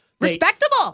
Respectable